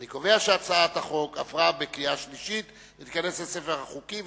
אני קובע שהצעת החוק עברה בקריאה שלישית ותיכנס לספר החוקים.